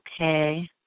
okay